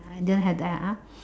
you don't have that ah